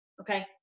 okay